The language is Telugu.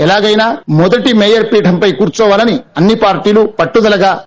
ఎలాగైనా మొదటి మేయర్ పీఠంపై కూర్చోవాలని అన్ని పార్టీలు పట్టుదలగా ఉన్నాయి